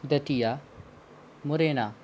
Datia Morena